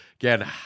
Again